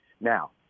now—